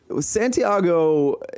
santiago